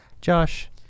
Josh